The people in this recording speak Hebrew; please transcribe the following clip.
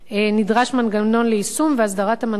נדרש מנגנון ליישום והסדרת המנגנון,